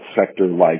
sector-like